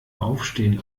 aufstehen